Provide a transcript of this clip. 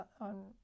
on